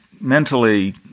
mentally